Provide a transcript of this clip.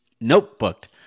notebook